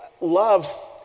love